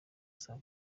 saa